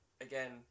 again